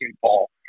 Paul